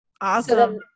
Awesome